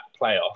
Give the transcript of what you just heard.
playoff